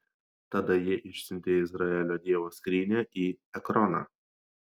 tada jie išsiuntė izraelio dievo skrynią į ekroną